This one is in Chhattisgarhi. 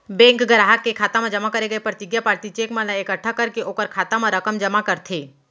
बेंक गराहक के खाता म जमा करे गय परतिगिया पाती, चेक मन ला एकट्ठा करके ओकर खाता म रकम जमा करथे